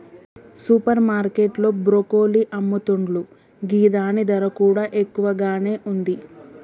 super market లో broccoli అమ్ముతున్లు గిదాని ధర కూడా ఎక్కువగానే ఉంది